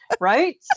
Right